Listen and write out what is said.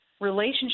relationship